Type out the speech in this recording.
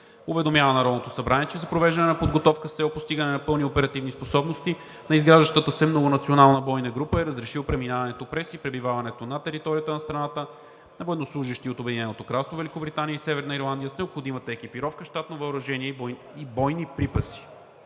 уведомява Народното събрание, че за провеждане на подготовка с цел постигане на пълни оперативни способности на изграждащата се многонационална бойна група е разрешил преминаването през и пребиваването на територията на страната на военнослужещи от Обединеното кралство Великобритания и Северна Ирландия с необходимата екипировка, щатно въоръжение и бойни припаси.